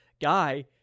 Guy